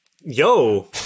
Yo